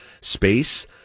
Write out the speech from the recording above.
space